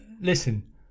Listen